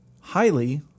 highly